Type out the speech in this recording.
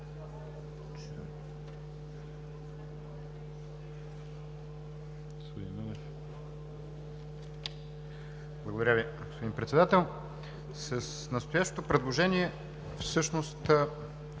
Благодаря Ви, господин Председател. С настоящото предложение всъщност